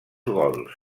gols